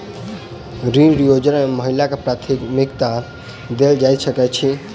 ऋण योजना मे महिलाकेँ प्राथमिकता देल जाइत छैक की?